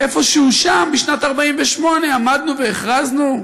איפשהו שם, בשנת 1948, עמדנו והכרזנו.